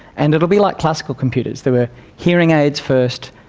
and it will be like classical computers there were hearing aids first,